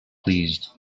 pleased